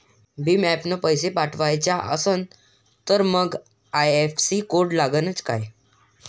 भीम ॲपनं पैसे पाठवायचा असन तर मंग आय.एफ.एस.सी कोड लागनच काय?